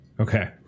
Okay